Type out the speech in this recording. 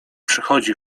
przychodzi